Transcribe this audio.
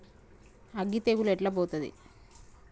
అగ్గి తెగులు ఎట్లా పోతది?